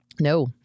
No